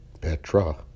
Petra